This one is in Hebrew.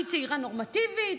היא צעירה נורמטיבית,